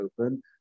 open